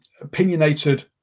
opinionated